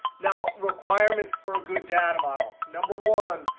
now, requirements for a good data model. number one,